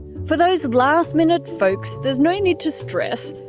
for those last-minute folks there's no need to stress,